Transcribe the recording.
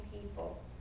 people